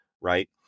right